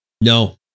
no